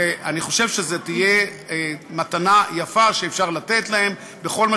ואני חושב שזאת תהיה מתנה יפה שאפשר לתת להם בכל מה